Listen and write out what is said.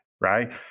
right